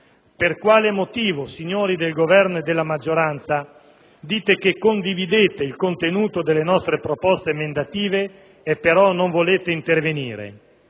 Per quale motivo, signori del Governo e della maggioranza, dite che condividete il contenuto delle nostre proposte emendative e però non volete intervenire?